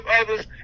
others